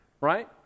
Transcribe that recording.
Right